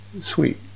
sweet